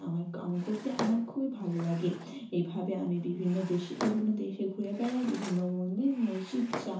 আমার কাম করতে খুবই ভালো লাগে এইভাবে আমি বিভিন্ন দেশে বিভিন্ন দেশে ঘুরে বেড়াই বিভিন্ন মন্দির মসজিদ চা